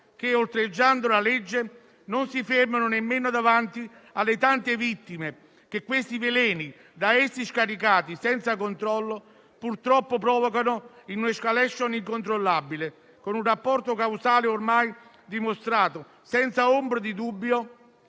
che, oltraggiando la legge, non si fermano nemmeno davanti alle tante vittime che i veleni da essi scaricati senza controllo purtroppo provocano, in un'*escalation* incontrollabile, con un rapporto causale ormai dimostrato, senza ombra di dubbio,